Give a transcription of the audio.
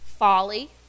folly